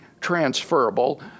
transferable